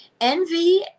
Envy